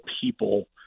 people